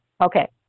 Okay